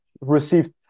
received